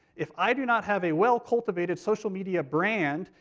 if i do not have a well-cultivated social media brand,